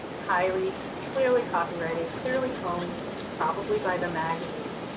highly clearly copyrighted, clearly owned probably by the magazine,